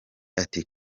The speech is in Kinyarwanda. ati